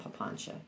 papancha